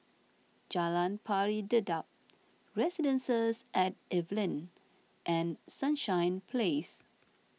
Jalan Pari Dedap Residences at Evelyn and Sunshine Place